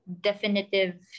definitive